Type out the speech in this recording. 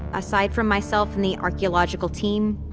aside from myself and the archeological team,